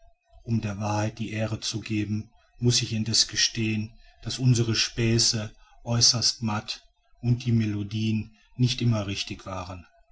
um der wahrheit die ehre zu geben muß ich indessen gestehen daß unsere späße äußerst matt und die melodieen nicht immer richtig waren